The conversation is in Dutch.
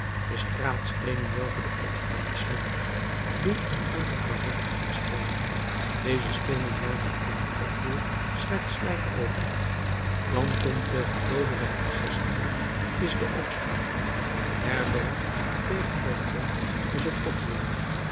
de straatsteenen welke de opstand slingert doen een vonk van recht ontspringen deze steenen laten aan het oproer slechts slijk over danton tegen lodewijk xvi is de opstand hébert tegen danton is t oproer